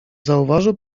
zauważył